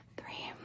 Three